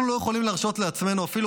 אנחנו לא יכולים להרשות לעצמנו אפילו